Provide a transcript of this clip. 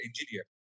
engineer